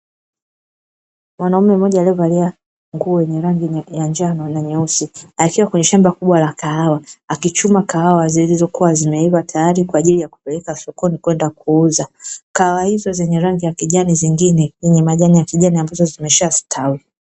Mwanaume mmoja aliyevalia nguo yenye rangi ya njano na nyeusi akiwa kwenye shamba kubwa la kahawa akichuma kahawa zilizokuwa zimeiva tayari kwa ajili ya kupeleka sokoni kwenda kuuza, kahawa hizo zenye rangi ya kijani nyingine zenye majani ya kijani ambazo zimeshastawi.